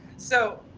so,